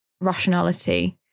rationality